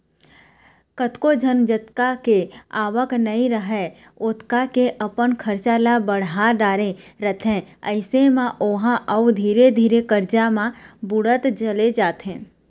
कतको झन जतका के आवक नइ राहय ओतका के अपन खरचा ल बड़हा डरे रहिथे अइसन म ओहा अउ धीरे धीरे करजा म बुड़त चले जाथे